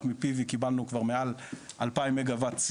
רק מ-PV קיבלנו כבר מעל אלפיים מגה וואט,